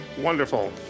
wonderful